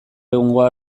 egungoa